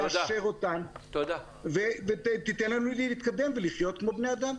תאשר אותן ותיתן לנו להתקדם ולחיות כמו בני אדם.